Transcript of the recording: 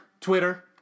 Twitter